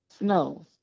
No